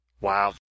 wow